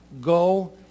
go